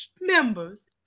members